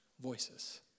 voices